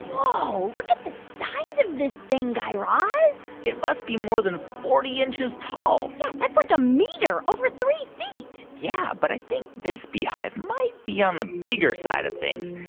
whoa. look at the size of this thing, guy raz it must be more than forty inches tall yeah, that's like a meter over three feet yeah. but i think this beehive might be on the bigger side of things.